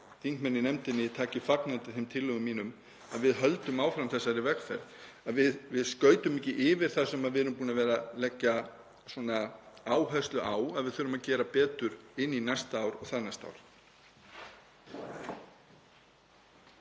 þingmenn í nefndinni taki fagnandi þeim tillögum mínum að við höldum áfram þessari vegferð, að við skautum ekki yfir það sem við erum búin að vera að leggja áherslu á, að við þurfum að gera betur inn í næsta ár og þarnæsta ár.